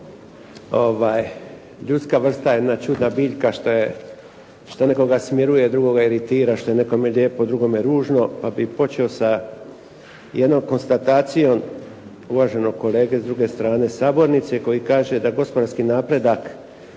Ljudska vrsta je jedna čudna biljka što nekog smiruje drugoga iritira, što je nekome lijepo drugome ružno, pa bih počeo sa jednom konstatacijom uvaženog kolege s druge strane sabornice koji kaže da gospodarski napredak